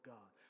God